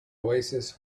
oasis